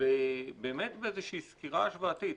באמת באיזושהי סקירה השוואתית,